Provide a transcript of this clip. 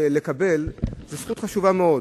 איפה המסר החשוב לאנשים שמתעסקים בכך?